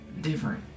different